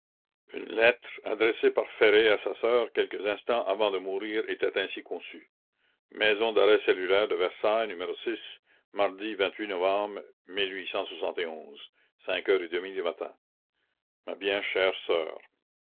une lettre adressée par ferré à sa sœur quelques instants avant de mourir était ainsi conçue maison d'arrêt cellulaire de versailles n ardi novembre cinq heures et demie du matin ma bien chère sœur